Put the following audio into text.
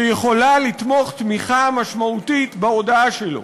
שיכולה לתמוך תמיכה משמעותית בהודאה שלו.